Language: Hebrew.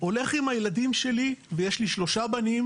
הולך עם הילדים שלי ויש לי שלושה בנים